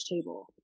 table